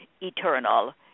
eternal